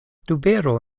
tubero